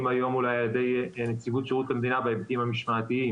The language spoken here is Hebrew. היום אולי על ידי נציבות שירות המדינה בהיבטים המשמעתיים,